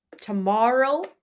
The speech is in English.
tomorrow